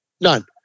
None